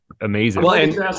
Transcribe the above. amazing